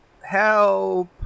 Help